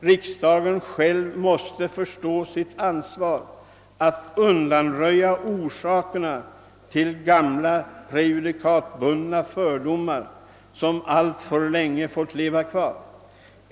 Riksdagen själv måste förstå sitt ansvar och undanröja orsakerna till gamla prejudikatbundna fördomar som alltför länge fått leva kvar.